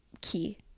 key